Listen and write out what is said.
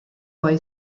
boy